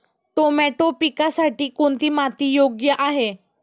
Tomato पिकासाठी कोणती माती योग्य आहे?